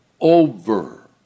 over